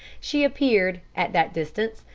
she appeared, at that distance,